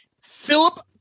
Philip